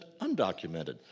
undocumented